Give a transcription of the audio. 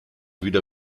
wieder